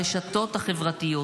הרשתות החברתיות.